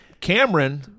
Cameron